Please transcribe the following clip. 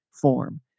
form